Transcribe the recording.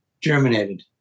germinated